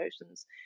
emotions